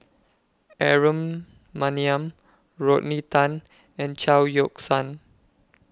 Aaron Maniam Rodney Tan and Chao Yoke San